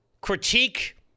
critique